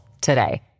today